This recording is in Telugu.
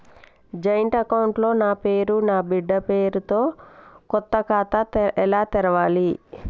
జాయింట్ అకౌంట్ లో నా పేరు నా బిడ్డే పేరు తో కొత్త ఖాతా ఎలా తెరవాలి?